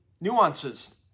nuances